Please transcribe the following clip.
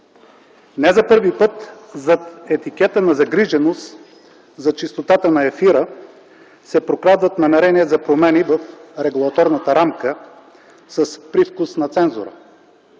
Не за първи път зад етикета на загриженост за чистотата на ефира се прокрадват намерения за промени в регулаторната рамка с привкус на цензура.